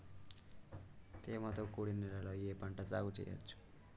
తేమతో కూడిన నేలలో ఏ పంట సాగు చేయచ్చు?